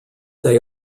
they